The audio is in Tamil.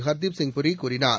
ஹர்தீப்சிங் பூரி கூறினார்